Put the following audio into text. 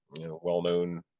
well-known